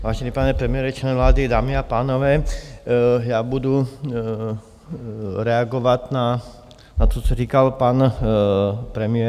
Vážený pane premiére, členové vlády, dámy a pánové, budu reagovat na to, co říkal pan premiér.